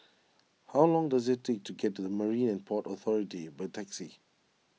how long does it take to get to the Marine and Port Authority by taxi